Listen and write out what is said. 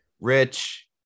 rich